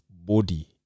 body